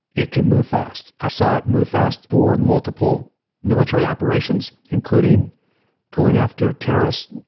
it can move fast, i saw it move fast for multiple military operations, including going after terrorists,